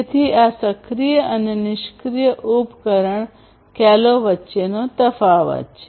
તેથી આ સક્રિય અને નિષ્ક્રીય ઉપકરણ ખ્યાલો વચ્ચેનો તફાવત છે